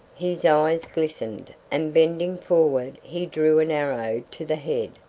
his eyes glistened, and bending forward he drew an arrow to the head,